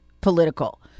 political